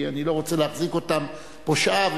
כי אני לא רוצה להחזיק אותם פה שעה,